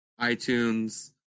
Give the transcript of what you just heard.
iTunes